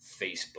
Facebook